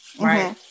right